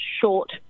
short